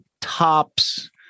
tops